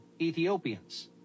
Ethiopians